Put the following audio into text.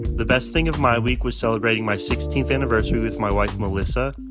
the best thing of my week was celebrating my sixteenth anniversary with my wife melissa.